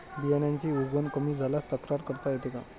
बियाण्यांची उगवण कमी झाल्यास तक्रार करता येते का?